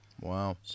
Wow